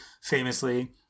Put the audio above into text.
famously